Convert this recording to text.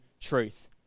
truth